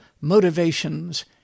motivations